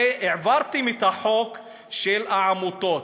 הרי העברתם את החוק של העמותות,